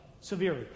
severely